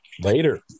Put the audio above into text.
Later